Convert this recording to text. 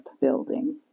building